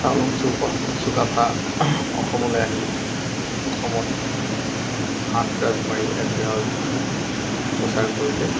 চাওলুং চুকাফা অসমলৈ আহি অসমত সাত ৰাজ মাৰি এক ৰাজ প্ৰচাৰ কৰিলে